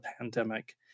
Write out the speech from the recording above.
pandemic